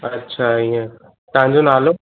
अछा हीअं तव्हांजो नालो